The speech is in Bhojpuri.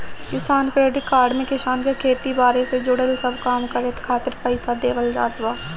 किसान क्रेडिट कार्ड में किसान के खेती बारी से जुड़ल सब काम करे खातिर पईसा देवल जात बा